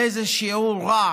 איזה שיעור רע.